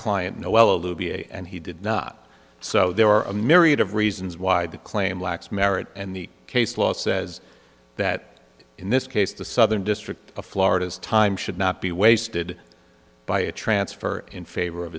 luby and he did not so there are a myriad of reasons why the claim lacks merit and the case law says that in this case the southern district of florida's time should not be wasted by a transfer in favor of